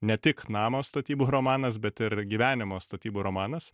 ne tik namo statybų romanas bet ir gyvenimo statybų romanas